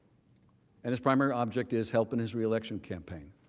and his primary object is hoping his reelection campaign.